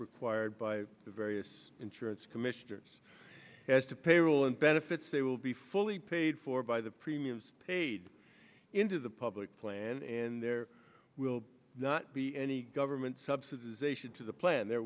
required by the various insurance commissioners as to payroll and benefits they will be fully paid for by the premiums paid into the public plan and there will not be any government subsidy they should to the plan there